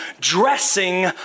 dressing